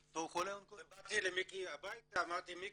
ובאתי למיקי הביתה, אמרתי מיקי,